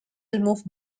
removed